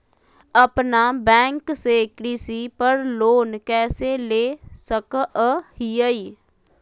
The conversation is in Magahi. अपना बैंक से कृषि पर लोन कैसे ले सकअ हियई?